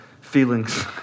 feelings